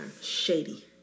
Shady